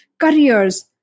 careers